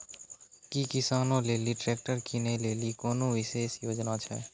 कि किसानो लेली ट्रैक्टर किनै लेली कोनो विशेष योजना छै?